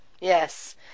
Yes